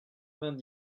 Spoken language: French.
vingt